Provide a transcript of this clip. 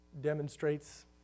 demonstrates